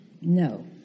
No